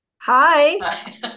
Hi